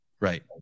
Right